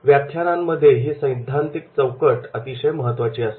व्याख्यानांमध्ये ही सैद्धांतिक चौकट अतिशय महत्त्वाचे असते